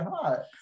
hot